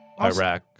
Iraq